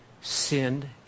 sinned